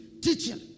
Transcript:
teaching